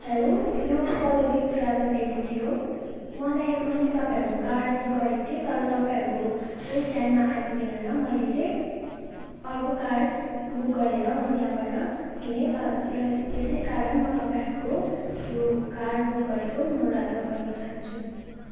hello यो Pallavi travel agency हो मलाई मैले तपाईँहरूको कार बुक गरेको थिएँ तर तपाईँहरूको चाहिँ टाइममा आइपुगेन र मैले चाहिँ अर्को कार बुक गरेर म त्यहाँबाट हिँडेँ तर यसै कारण म तपाईँहरूको त्यो कार बुक गरेको म रद्द गर्न चाहन्छु